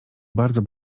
bardzo